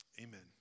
Amen